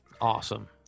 awesome